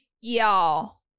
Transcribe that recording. Y'all